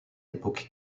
époque